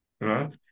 Right